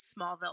Smallville